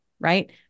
right